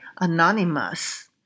anonymous